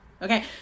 okay